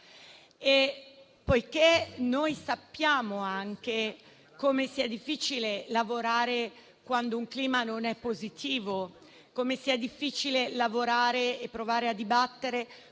Noi sappiamo come sia difficile lavorare quando il clima non è positivo; come sia difficile lavorare e provare a dibattere